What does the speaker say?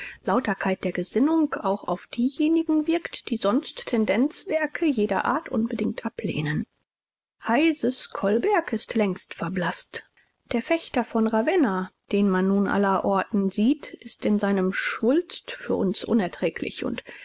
lauterkeit der gesinnung auch auf diejenigen wirkt die sonst tendenzwerke jeder art unbedingt ablehnen heyses colberg ist längst verblaßt der fechter von ravenna den man nun allerorten sieht ist in seinem schwulst für uns unerträglich und